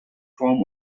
form